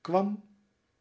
kwam